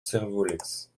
servolex